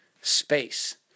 space